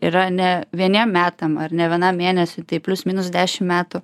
yra ne vieniem metam ar ne vienam mėnesiui taip plius minus dešim metų